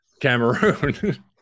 Cameroon